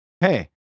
Hey